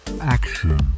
action